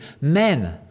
men